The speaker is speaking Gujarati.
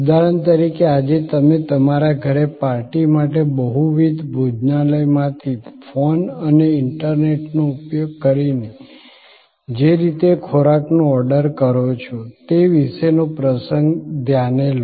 ઉદાહરણ તરીકે આજે તમે તમારા ઘરે પાર્ટી માટે બહુવિધ ભોજનલાયમાંથી ફોન અને ઇન્ટરનેટનો ઉપયોગ કરીને જે રીતે ખોરાકનો ઓર્ડર કરો છો તે વિશેનો પ્રસંગ ધ્યાને લો